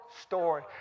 story